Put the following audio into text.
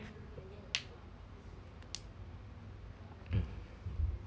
mm